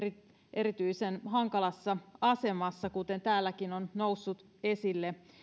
erityisen hankalassa asemassa kuten täälläkin on noussut esille